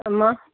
मग